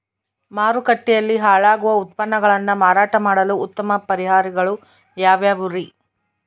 ಮಾರುಕಟ್ಟೆಯಲ್ಲಿ ಹಾಳಾಗುವ ಉತ್ಪನ್ನಗಳನ್ನ ಮಾರಾಟ ಮಾಡಲು ಉತ್ತಮ ಪರಿಹಾರಗಳು ಯಾವ್ಯಾವುರಿ?